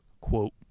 Quote